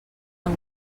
han